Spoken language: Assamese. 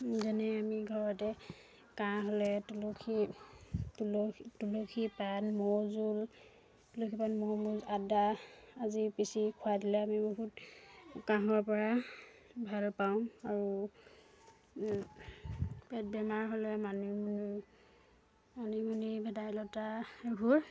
যেনে আমি ঘৰতে কাঁহ হ'লে তুলসী তুলসী তুলসী পাত মৌ জোল তুলসী পাত মৌ আদা আদি পিচি খোৱাই দিলে আমি বহুত কাঁহৰ পৰা ভাল পাওঁ আৰু পেট বেমাৰ হ'লে মানিমুনি মানিমুনি ভেদাইলতা এইবোৰ